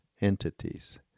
entities